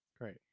Great